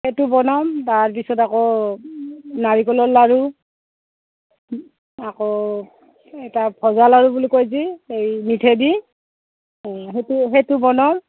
সেইটো বনাম তাৰপিছত আকৌ নাৰিকলৰ লাড়ু আকৌ এটা ভজা লাৰু বুলি কয় যে এই মিঠৈ দি সেইটো বনাম